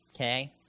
okay